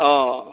অ